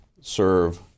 serve